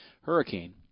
hurricane